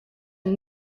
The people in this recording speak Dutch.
een